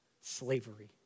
slavery